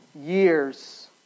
years